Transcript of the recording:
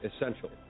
essential